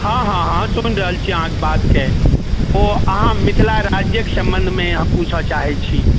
हँ हँ हँ सुनि रहल छी अहाँके बातके ओ अहाँ मिथिला राज्यके सम्बन्धमे पुछऽ चाहै छी